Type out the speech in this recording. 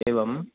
एवं